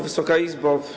Wysoka Izbo!